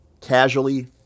casually